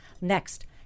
Next